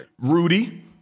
Rudy